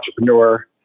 entrepreneur